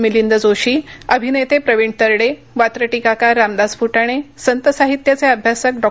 मिलिंद जोशी अभिनेते प्रवीण तरडे वात्रटिकाकार रामदास फुटाणे संत साहित्याचे अभ्यासक डॉ